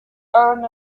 earn